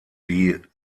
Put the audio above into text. die